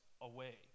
away